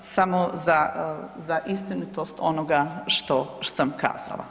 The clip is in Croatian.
Samo za istinitost onoga što sam kazala.